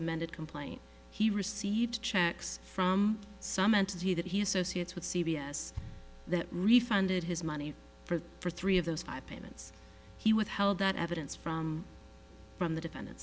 amended complaint he received checks from some entity that he associates with c b s that refunded his money for for three of those five payments he withheld that evidence from from the defendant